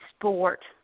sport